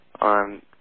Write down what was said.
on